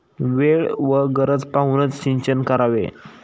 वेळ व गरज पाहूनच सिंचन करावे